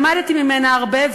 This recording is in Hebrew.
למדתי ממנה הרבה.